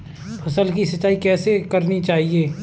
फसल की सिंचाई कैसे करनी चाहिए?